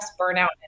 burnout